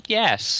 yes